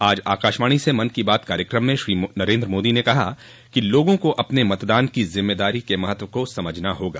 आज आकाशवाणी स मन की बात कार्यक्रम में श्री नरेन्द्र मोदी ने कहा कि लोगों को अपने मतदान की जिम्मदारी के महत्व को समझना होगा